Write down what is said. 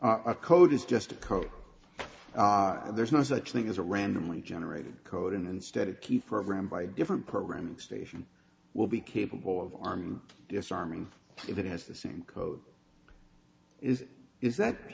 our code is just a code and there's no such thing as a randomly generated code and instead keep programmed by different programming station will be capable of arm disarming if it has the same code is is that